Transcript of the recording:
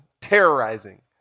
Terrorizing